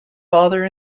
father